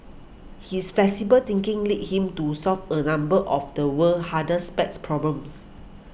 his flexible thinking led him to solve a number of the world's hardest math problems